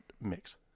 mix